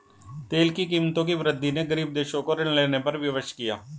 तेल की कीमतों की वृद्धि ने गरीब देशों को ऋण लेने पर विवश किया